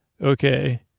Okay